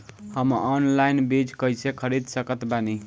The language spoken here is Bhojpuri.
हम ऑनलाइन बीज कइसे खरीद सकत बानी?